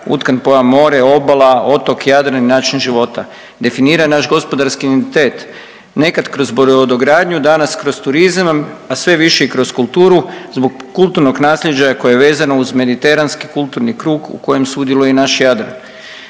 utkan pojam more, obala, otok, Jadran i način života, definira naš gospodarski identitet. Nekad kroz brodogradnju, danas kroz turizam, a sve više i kroz kulturu zbog kulturnog nasljeđa koje je vezano uz mediteranski kulturni krug u kojem sudjeluje i naš Jadran,